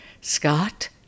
Scott